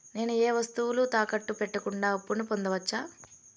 నేను ఏ వస్తువులు తాకట్టు పెట్టకుండా అప్పును పొందవచ్చా?